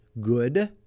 good